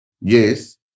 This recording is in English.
Yes